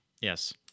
Yes